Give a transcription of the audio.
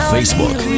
Facebook